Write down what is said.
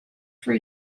for